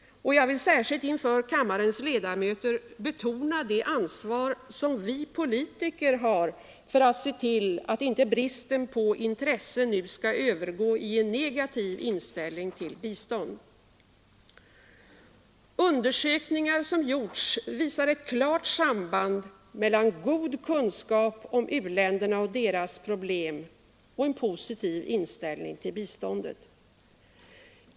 Jag vill särskilt inför kammarens ledamöter betona det ansvar som vi politiker har för att se till att inte bristen på intresse nu övergår i en negativ inställning till bistånd. Undersökningar som gjorts visar ett klart samband mellan god kunskap om u-länderna och deras problem och en positiv inställning till biståndet.